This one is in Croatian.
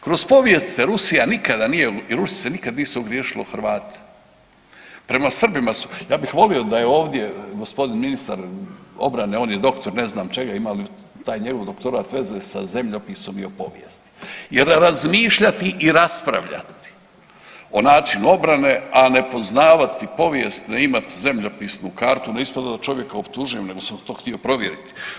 Kroz povijest se Rusija nikada nije i Rusi se nikada nisu ogriješili o Hrvate, prema Srbima su, ja bih volio da je ovdje gospodin ministar obrane on je doktor ne znam čega ima li taj njegov doktorat veze sa zemljopisom i o povijesti jer razmišljati i raspravljati o načinu obrane, a ne poznavati povijesno i imat zemljopisnu kartu, ne ispada da čovjeka optužujem nego sam to htio provjeriti.